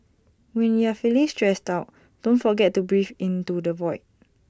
when you are feeling stressed out don't forget to breathe into the void